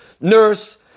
nurse